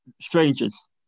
strangers